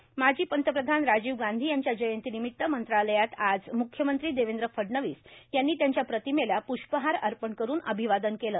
जयंती माहिती कार्यालय माजी पंतप्रधान राजीव गांधी यांच्या जयंतीनिमित मंत्रालयात आज म्ख्यमंत्री देवेंद्र फडणवीस यांनी त्यांच्या प्रतिमेला प्ष्पहार अर्पण करुन अभिवादन केलं